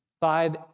Five